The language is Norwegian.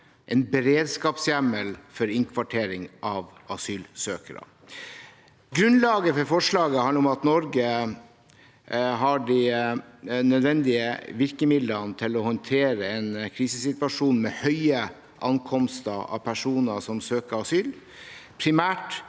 en beredskapshjemmel for innkvartering av asylsøkere. Grunnlaget for forslaget handler om at Norge skal ha de nødvendige virkemidlene til å håndtere en krisesituasjon med høye ankomster av personer som søker asyl,